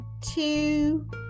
two